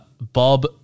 Bob